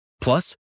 Plus